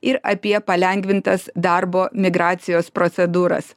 ir apie palengvintas darbo migracijos procedūras